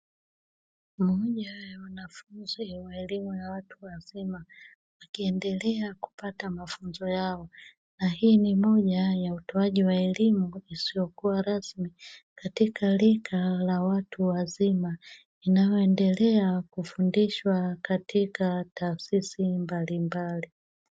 Moja ya wanafunzi wa elimu ya watu wazima, wakiendelea kupata mafunzo yao. Na hii ni moja ya utoaji wa elimu isiyokuwa rasmi katika rika la watu wazima; inayoendelea kufundishwa katika taasisi mbalimbali.